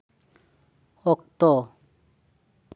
ᱚᱠᱛᱚ